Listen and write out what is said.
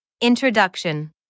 Introduction